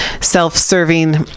self-serving